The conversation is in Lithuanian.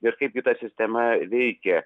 ir kaip gi ta sistema veikė